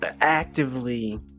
actively